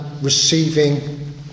receiving